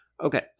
Okay